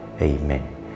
Amen